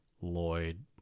Lloyd